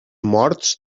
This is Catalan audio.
morts